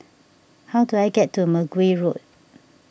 how do I get to Mergui Road